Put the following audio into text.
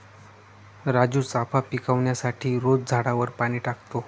राजू चाफा पिकवण्यासाठी रोज झाडावर पाणी टाकतो